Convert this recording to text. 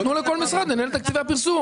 תנו לכל משרד לנהל את תקציבי הפרסום.